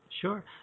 Sure